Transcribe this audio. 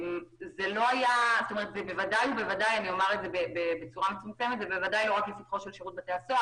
זה בוודאי לא רק לפתחו של שירות בתי הסוהר.